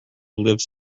lives